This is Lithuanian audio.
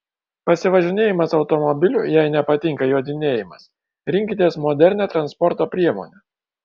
pasivažinėjimas automobiliu jei nepatinka jodinėjimas rinkitės modernią transporto priemonę